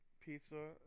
pizza